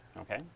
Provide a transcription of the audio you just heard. okay